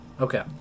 Okay